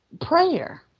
prayer